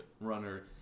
runner